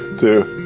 to